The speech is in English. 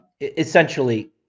essentially